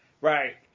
Right